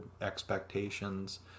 expectations